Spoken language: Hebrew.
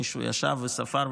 מישהו ישב וספר,